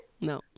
No